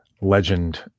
Legend